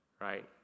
right